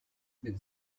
mit